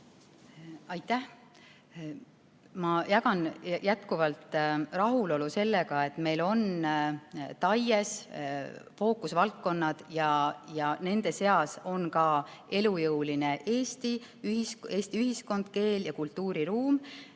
Aitäh! Ma jagan jätkuvalt rahulolu selle üle, et meil on TAIE-s fookusvaldkonnad ja nende seas on ka elujõuline Eesti ühiskond, keel ja kultuuriruum.